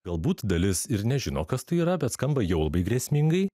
galbūt dalis ir nežino kas tai yra bet skamba jau labai grėsmingai